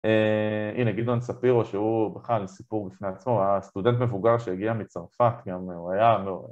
הנה, גילדון ספירו שהוא בחר לסיפור בפני עצמו, הוא היה סטודנט מבוגר שהגיע מצרפת גם, הוא היה...